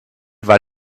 war